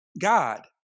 God